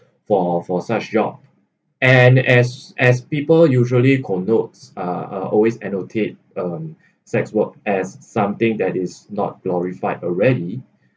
for for such job and as as people usually connote uh are always annotate um sex work as something that is not glorified already